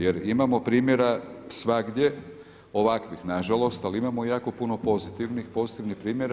Jer imamo primjera svagdje ovakvih na žalost, ali imamo jako puno pozitivnih primjera.